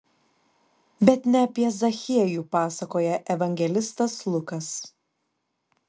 bet ne apie zachiejų pasakoja evangelistas lukas